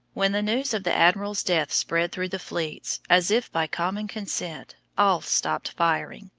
when the news of the admiral's death spread through the fleets, as if by common consent, all stopped firing.